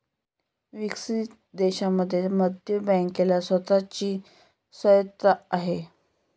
विकसित देशांमध्ये मध्यवर्ती बँकेला स्वतः ची स्वायत्तता आहे